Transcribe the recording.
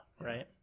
right